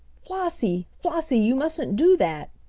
flossie! flossie! you mustn't do that!